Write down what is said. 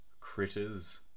critters